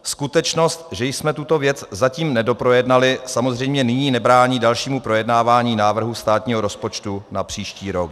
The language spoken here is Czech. Skutečnost, že jsme tuto věc zatím nedoprojednali, samozřejmě nyní nebrání dalšímu projednávání návrhu státního rozpočtu na příští rok.